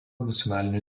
nacionaliniu